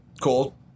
Cool